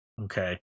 okay